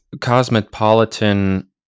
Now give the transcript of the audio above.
cosmopolitan